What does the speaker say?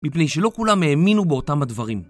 מפני שלא כולם האמינו באותם הדברים